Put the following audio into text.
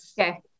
Okay